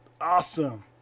awesome